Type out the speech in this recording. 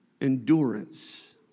endurance